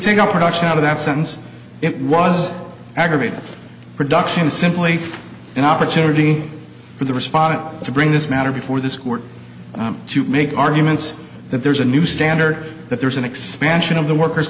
a production out of that sentence it was aggravated production simply an opportunity for the respondent to bring this matter before this court to make arguments that there's a new standard that there is an expansion of the worker